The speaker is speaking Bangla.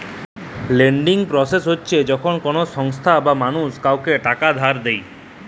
লেন্ডিং পরসেসট হছে যখল কল সংস্থা বা মালুস কাউকে টাকা ধার দেঁই